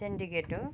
syndicate हो